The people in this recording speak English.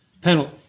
panel